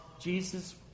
Jesus